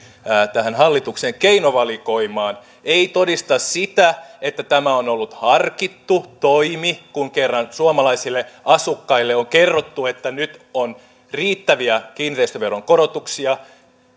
tähän hallituksen keinovalikoimaan ei todista sitä että tämä on ollut harkittu toimi kun kerran suomalaisille asukkaille on kerrottu että nyt on riittäviä kiinteistöveron korotuksia